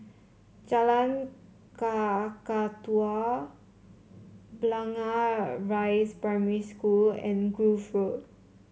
Jalan Kakatua Blangah Rise Primary School and Grove Road